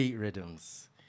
Rhythms